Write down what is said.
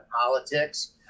politics